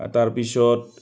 তাৰ পিছত